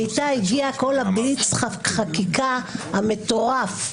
ואיתה הגיע כל בליץ' החקיקה המטורף.